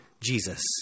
Jesus